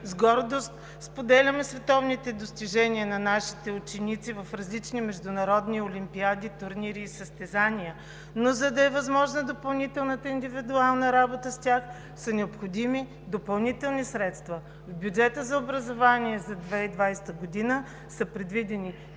с гордост споделяме световните достижения на нашите ученици в различни международни олимпиади, турнири и състезания, но за да е възможна допълнителната индивидуална работа с тях са необходими допълнителни средства. В бюджета за образование за 2020 г. са предвидени